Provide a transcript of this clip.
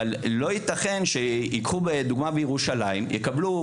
אבל לא ייתכן שייקחו לדוגמה מירושלים, יקבלו